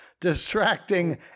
distracting